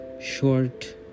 short